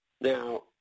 Now